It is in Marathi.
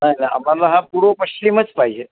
नाही नाही आम्हाला हा पूर्व पश्चिमच पाहिजे